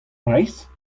breizh